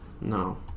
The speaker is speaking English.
No